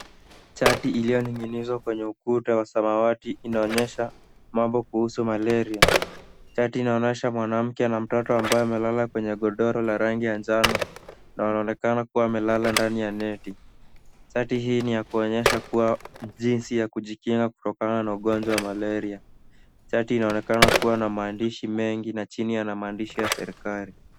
Chati iliyoning'inizwa kwenye ukuta wa samawati inaonyesha mambo kuhusu malaria. Chati inaonyesha mwanamke na mtoto ambaye amelala kwenye godoro la rangi ya njano na wanaonekana kuwa wamelala ndani ya neti. Chati hii ni ya kuonyesha kuwa jinsi kujikinga kutokana na ugonjwa wa malaria. Chati inaonekana kuwa na maandishi mengi na chini yana maandishi ya serikali.